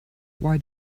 why